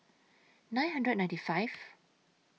nine hundred and ninety five